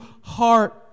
heart